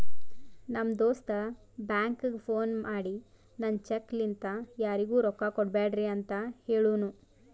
ನಮ್ ದೋಸ್ತ ಬ್ಯಾಂಕ್ಗ ಫೋನ್ ಮಾಡಿ ನಂದ್ ಚೆಕ್ ಲಿಂತಾ ಯಾರಿಗೂ ರೊಕ್ಕಾ ಕೊಡ್ಬ್ಯಾಡ್ರಿ ಅಂತ್ ಹೆಳುನೂ